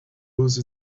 lose